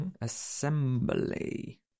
assembly